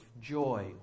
joy